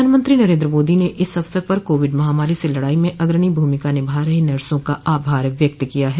प्रधानमंत्री नरेन्द्र मोदी ने इस अवसर पर कोविड महामारी से लडाई में अग्रणी भूमिका निभा रही नर्सों का आभार व्यक्त किया है